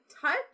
touch